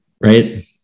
Right